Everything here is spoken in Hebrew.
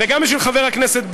וגם בשביל חבר הכנסת בר.